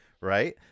right